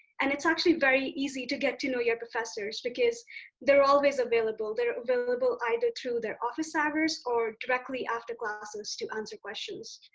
and it's actually very easy to get to know your professors because they're always available. they're available either through their office hours or directly after classes to answer questions.